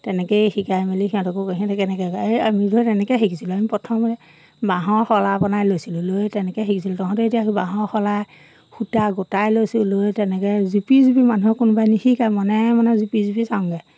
তেনেকেই শিকাই মেলি সিহঁতকো সিহঁতে কেনেকৈ এই আমিবোৰে তেনেকৈ শিকিছিলোঁ আমি প্ৰথমে বাঁহৰ শলা বনাই লৈছিলোঁ লৈ তেনেকৈ শিকিছিলোঁ তহঁতে এতিয়া বাঁহৰ শলা সূতা গোটাই লৈছোঁ লৈ তেনেকৈ জুপি জুপি মানুহক কোনোবাই নিশিকায় মনে মনে জুপি জুপি চাওঁগৈ